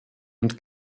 und